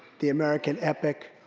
the american epic,